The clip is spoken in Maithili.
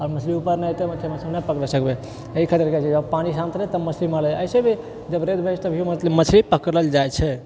आ मछली ऊपर नहि एतै तऽ मछली नहि पकड़ए सकबै एहि खातिर कहै छै तब पानि शान्त रहै तब मछली मारए हइ ऐसे भी जब रेत भए जाइ छै तभीों मछली पकड़ल जाइ छै